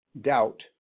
doubt